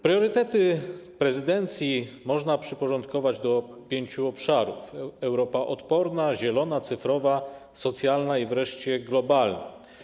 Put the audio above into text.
Priorytety prezydencji można przyporządkować do pięciu obszarów, jak Europa: odporna, zielona, cyfrowa, socjalna i wreszcie globalna.